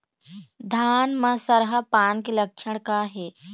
धान म सरहा पान के लक्षण का हे?